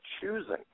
choosing